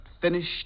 finished